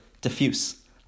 diffuse